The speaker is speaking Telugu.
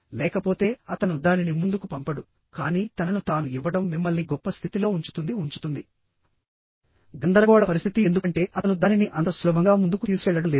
లేకపోతే అతను దానిని ముందుకు పంపడు కానీ తనను తాను ఇవ్వడం మిమ్మల్ని గొప్ప స్థితిలో ఉంచుతుంది ఉంచుతుంది గందరగోళ పరిస్థితి ఎందుకంటే అతను దానిని అంత సులభంగా ముందుకు తీసుకెళ్లడం లేదు